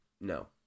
no